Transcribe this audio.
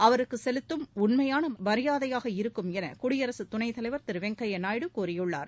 அவருக்கு செலுத்தும் உண்மையான மரியாதையாக இருக்கும் என குடியரசுத் துணைத்தலைவர் திரு வெங்கையா நாயுடு கூறியுள்ளார்